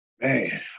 Man